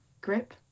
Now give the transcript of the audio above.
grip